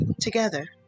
together